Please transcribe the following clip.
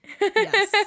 Yes